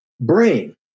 brain